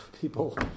people